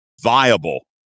viable